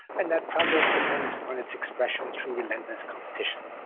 and that progress depends upon its expression through relentless competition.